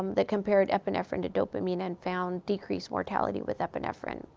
um that compared epinephrine to dopamine, and found decreased mortality with epinephrine.